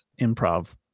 improv